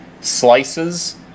slices